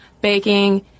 baking